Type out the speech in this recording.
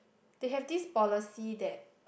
they have this policy that